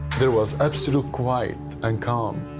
there was absolute quiet and calm.